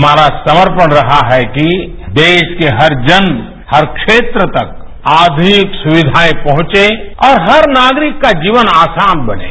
हमारा समर्पण रहा है कि देश के हर जन हर क्षेत्र तक आध्यनिक सुविधाएं पहुंचे और हर नागरिक का जीवन आसान बनें